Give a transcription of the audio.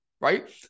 right